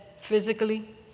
physically